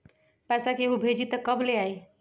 पैसा केहु भेजी त कब ले आई?